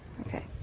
Okay